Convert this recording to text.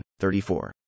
34